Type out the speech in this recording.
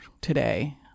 today